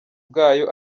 bwayo